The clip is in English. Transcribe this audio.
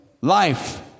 Life